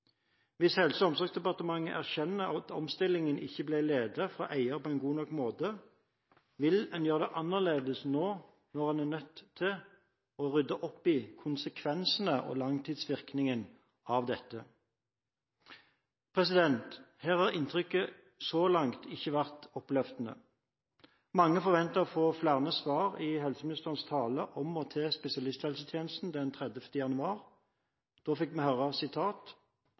Hvis Helse- og omsorgsdepartementet erkjenner at omstillingen ikke ble ledet fra eier på en god nok måte, vil en gjøre det annerledes nå når en er nødt til å rydde opp i konsekvensene og langtidsvirkningen av dette? Her har inntrykket så langt ikke vært oppløftende. Mange forventet å få flere svar i helseministerens tale om og til spesialisthelsetjenesten den 30. januar. Da fikk vi høre: